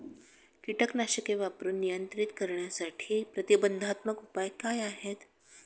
कीटकनाशके वापरून नियंत्रित करण्यासाठी प्रतिबंधात्मक उपाय काय आहेत?